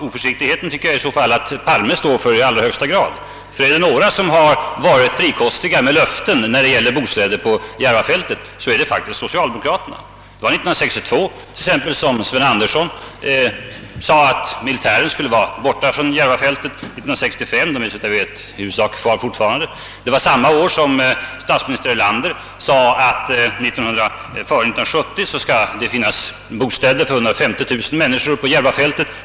Oförsiktigheten tycker jag i så fall att herr Palme står för i allra högsta grad. Är det några som varit frikostiga med löften när det gäller bostäder på Järvafältet, är det faktiskt socialdemokraterna. Exempelvis sade Sven Andersson år 1962 att militärerna skulle vara borta från Järvafältet år 1965. De är såvitt jag vet kvar fortfarande. Det var samma år som statsminister Erlander sade att före 1970 skall det finnas bostäder för 150 000 människor på Järvafältet.